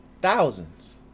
thousands